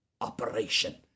operation